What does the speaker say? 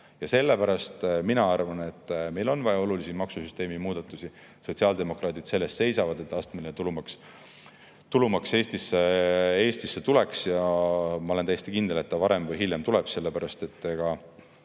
Sellepärast mina arvan, et meil on vaja olulisi maksusüsteemi muudatusi. Sotsiaaldemokraadid seisavad selle eest, et astmeline tulumaks Eestisse tuleks. Ma olen täiesti kindel, et varem või hiljem see tuleb, sellepärast et